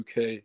UK